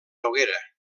noguera